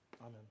Amen